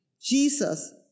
Jesus